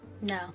No